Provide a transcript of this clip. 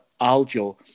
Aljo